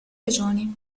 regioni